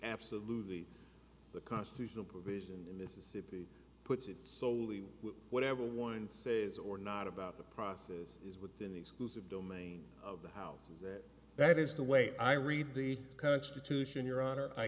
absolutely the constitutional provision in this is that puts it soley whatever one says or not about the process is within the exclusive domain of the houses that that is the way i read the constitution